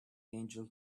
angel